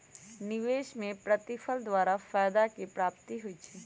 निवेश में प्रतिफल द्वारा फयदा के प्राप्ति होइ छइ